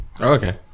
Okay